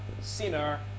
sinner